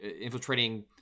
infiltrating –